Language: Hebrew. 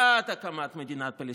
בעד הקמת מדינה פלסטינית.